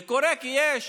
זה קורה כי יש